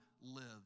lives